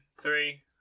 three